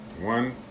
one